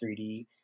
3D